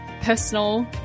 personal